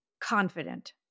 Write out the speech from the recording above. confident